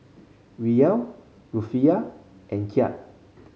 Riel Rufiyaa and Kyat